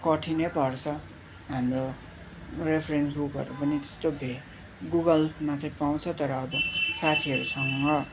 कठिनै पर्छ हाम्रो रेफरेन्स बुकहरू पनि त्यस्तो भए गुगलमा चाहिँ पाउँछ तर अब साथीहरूसँग